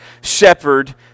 shepherd